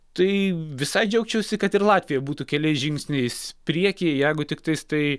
tai visai džiaugčiausi kad ir latvija būtų keliais žingsniais priekyje jeigu tiktais tai